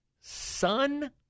son